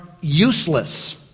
useless